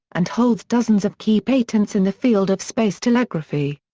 and holds dozens of key patents in the field of space telegraphy.